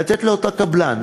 לתת לאותו קבלן,